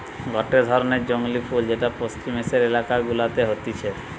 গটে ধরণের জংলী ফুল যেটা পশ্চিম এশিয়ার এলাকা গুলাতে হতিছে